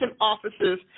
offices